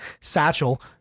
Satchel